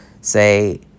say